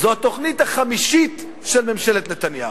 זו התוכנית החמישית של ממשלת נתניהו.